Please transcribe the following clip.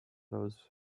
those